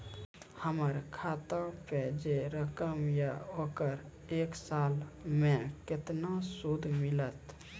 हमर खाता पे जे रकम या ओकर एक साल मे केतना सूद मिलत?